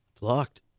Locked